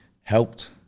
helped